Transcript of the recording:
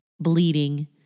bleeding